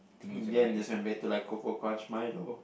in the end I just went back to like cocoa Crunch Milo